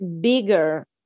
bigger